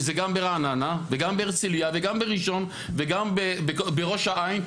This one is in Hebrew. זה גם ברעננה וגם בהרצליה וגם בראשון וגם בראש העין.